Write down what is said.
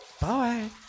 Bye